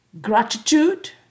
gratitude